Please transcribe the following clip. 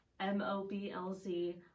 M-O-B-L-Z